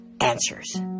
answers